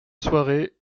soirée